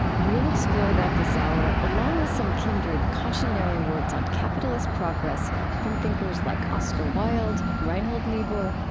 we'll explore that this hour along with some kindred cautionary words on capitalist progress from thinkers like oscar wilde, reinhold niebuhr,